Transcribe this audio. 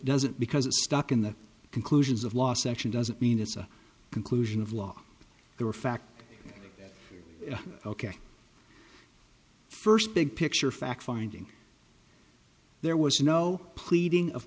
doesn't because it's stuck in the conclusions of law section doesn't mean it's a conclusion of law there are facts ok first big picture fact finding there was no pleading of